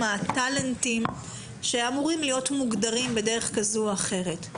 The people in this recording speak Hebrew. הטלנטים שאמורים להיות מוגדרים בדרך כזו או אחרת,